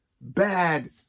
bad